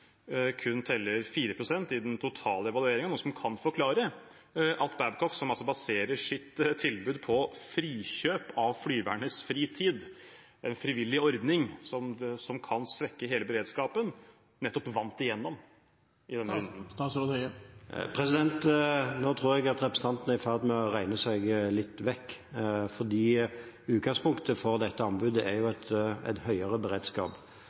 kun teller 4 pst. i den totale evalueringen – noe som kan forklare at Babcock, som altså baserer sitt tilbud på frikjøp av flyvernes fritid, en frivillig ordning som kan svekke hele beredskapen, nettopp vant igjennom i denne runden. Nå tror jeg representanten er i ferd med å regne seg litt vekk. Utgangspunktet for dette anbudet er jo høyere beredskap.